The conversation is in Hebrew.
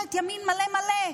ממשלת ימין מלא מלא.